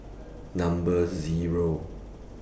Number Zero